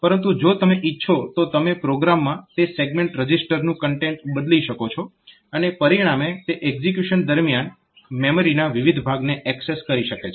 પરંતુ જો તમે ઇચ્છો તો તમે પ્રોગ્રામમાં તે સેગમેન્ટ રજીસ્ટરનું કન્ટેન્ટ બદલી શકો છો અને પરિણામે તે એક્ઝીક્યુશન દરમિયાન મેમરીના વિવિધ ભાગને એક્સેસ કરી શકે છે